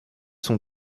son